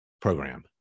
program